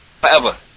forever